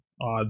odd